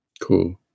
Cool